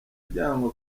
ajyanwa